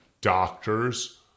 doctors